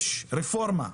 יש רפורמה,